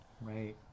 Right